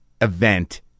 event